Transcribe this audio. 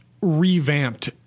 revamped